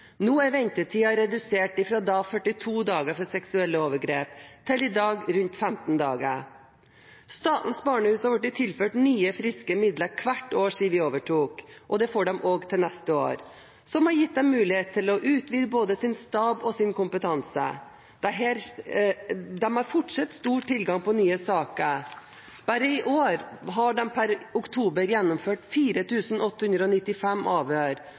Nå er ventetiden for avhør når det gjelder seksuelle overgrep, redusert fra da 42 dager til i dag rundt 15 dager. Statens barnehus har blitt tilført nye, friske midler hvert år siden vi overtok, og det får de også til neste år, noe som har gitt dem mulighet til å utvide både sin stab og sin kompetanse. De har fortsatt stor tilgang på nye saker. Bare i år har de per oktober gjennomført